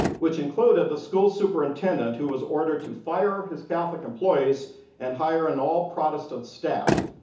which included the school superintendent, who was ordered to fire his catholic employees and hire an all-protestant staff.